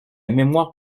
mémoire